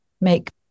make